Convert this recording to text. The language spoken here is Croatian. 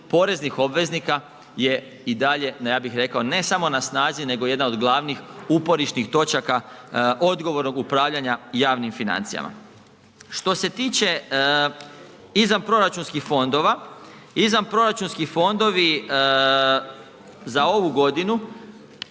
poreznih obveznika i je i dalje ja bih rekao ne samo na snazi nego jedna od glavnih uporišnih točaka odgovornog upravljanja javnim financijama. Što se tiče izvanproračunskih fondova, izvanproračunski fondovi za ovu godinu